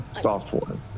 software